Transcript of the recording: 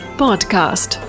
podcast